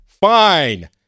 Fine